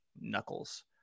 knuckles